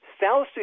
South